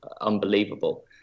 unbelievable